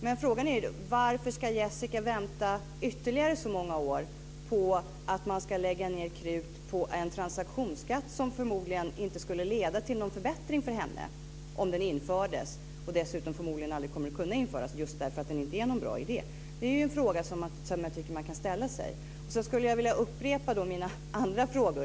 Men frågan är: Varför ska Jessica vänta ytterligare så många år på att man ska lägga ner krut på en transaktionsskatt som förmodligen inte skulle leda till någon förbättring för henne om den infördes och dessutom förmodligen aldrig kommer att kunna införas just därför att den inte är någon bra idé? Det är ju en fråga som jag tycker att man kan ställa sig. Sedan vill jag upprepa mina andra frågor.